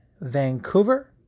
Vancouver